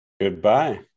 Goodbye